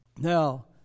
now